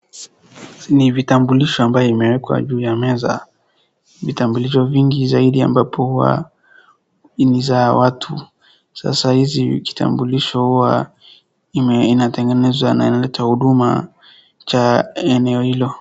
Ni vitambulisho ambayo imewekwa juu ya meza, vitambulisho vingi zaidi ambapo ni za watu, sasa hizi vitambulisho inatengenezwa na inaletwa huduma cha eneo hilo.